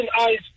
eyes